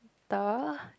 the